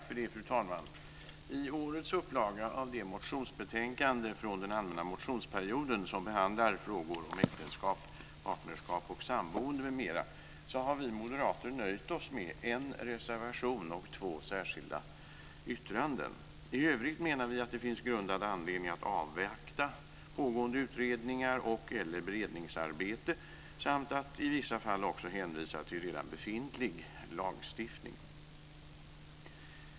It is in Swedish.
Fru talman! I årets upplaga av det motionsbetänkande från den allmänna motionsperioden som behandlar frågor om äktenskap, partnerskap och samboende m.m. har vi moderater nöjt oss med en reservation och två särskilda yttranden. I övrigt menar vi att det finns grundad anledning att avvakta pågående utredningar och/eller beredningsarbete samt att i vissa fall också hänvisa till redan befintlig lagstiftning.